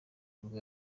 nibwo